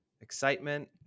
excitement